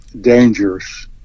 dangerous